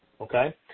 okay